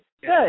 Good